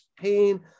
pain